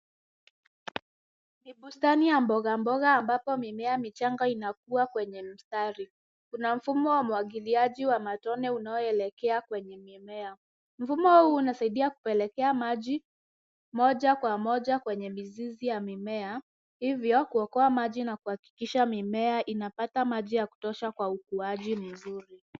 Ni bustani ya mbogamboga ambayo mimea michanga inakua kwenye mstari, kuna mfumo wa umwagiliaji wa matone unaoelekea kwenye mimea, mfumo huu unasaidia kuelekea maji moja kwa moja kwenye mizizi ya mimea, hivyo kuokoa maji na kuhakikisha mimea inapata maji ya kutosha kwa ukuaji mzuri.